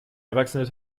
erwachsene